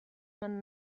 man